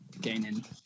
gaining